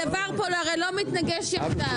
יש פה משרד החקלאות שהדבר פה לא מתנגש יחדיו,